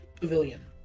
pavilion